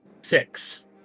six